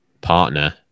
partner